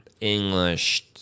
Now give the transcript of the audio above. English